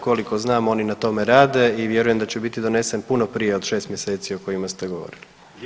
Koliko znam oni na tome rade i vjerujem da će biti donesen puno prije od 6 mjeseci o kojima ste govorili.